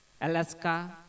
Alaska